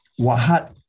Wahat